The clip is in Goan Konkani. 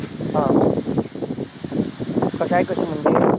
आं कशाय कशें म्हणजे